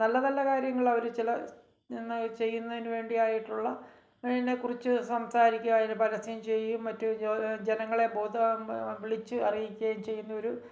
നല്ല നല്ല കാര്യങ്ങൾ അവർ ചില ങ്ങള് ചെയ്യുന്നതിന് വേണ്ടിയായിട്ടുള്ള അതിനെ കുറിച്ച് സംസാരിക്കുക അതിന് പരസ്യം ചെയ്യുകയും മറ്റ് ജനങ്ങളെ ബോധവാന്മാർ വിളിച്ചു അറിയിക്കുകയും ചെയ്യുന്ന ഒരു